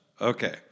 okay